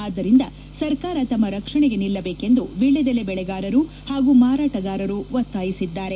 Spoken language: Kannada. ಆದ್ದರಿಂದ ಸರ್ಕಾರ ತಮ್ಮ ರಕ್ಷಣೆಗೆ ನಿಲ್ಲದೇಕೆಂಬುದು ವೀಳ್ಕದೆಲೆ ಬೆಳೆಗಾರರು ಹಾಗೂ ಮಾರಾಟಗಾರರ ಒತ್ತಾಯವಾಗಿದೆ